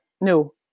no